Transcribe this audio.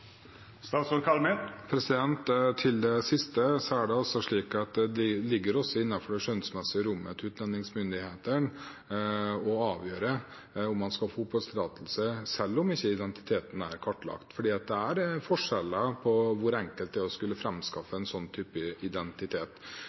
Til det siste: Det er slik at det ligger innenfor det skjønnsmessige rommet til utlendingsmyndighetene å avgjøre om man skal få oppholdstillatelse selv om ikke identiteten er kartlagt, for det er forskjeller på hvor enkelt det er å skulle framskaffe en slik type identitet.